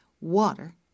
water